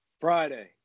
Friday